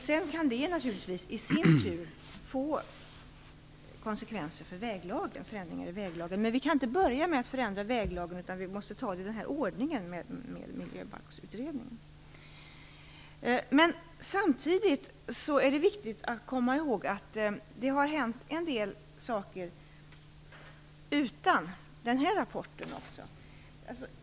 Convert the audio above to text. Sedan kan det naturligtvis i sin tur medföra konsekvenser för och ändringar i väglagen, men vi kan inte börja med att förändra väglagen utan måste ta det i den här ordningen med Samtidigt är det viktigt att komma ihåg att det också har hänt en del saker utan den här rapporten.